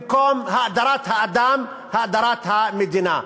במקום האדרת האדם, האדרת המדינה.